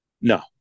No